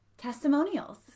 testimonials